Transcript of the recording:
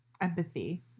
empathy